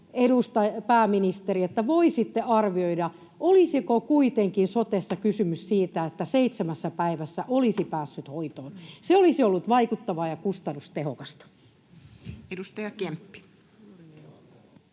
vielä, pääministeri, että voisitte arvioida, olisiko kuitenkin sotessa kysymys siitä, että seitsemässä päivässä olisi päässyt hoitoon. Se olisi ollut vaikuttavaa ja kustannustehokasta. [Speech